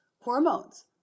hormones